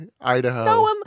Idaho